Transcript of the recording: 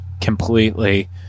completely